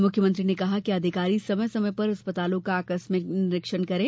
मुख्यमंत्री ने कहा कि अधिकारी समय समय पर अस्पतालों का आकस्मिक निरीक्षण करें